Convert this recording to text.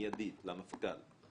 בית ספר לדבר עם הילדים.